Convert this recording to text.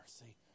mercy